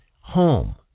home